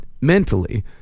mentally